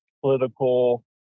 political